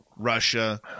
Russia